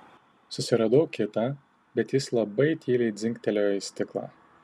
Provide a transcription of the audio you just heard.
susiradau kitą bet jis labai tyliai dzingtelėjo į stiklą